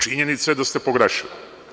Činjenica je da ste pogrešili.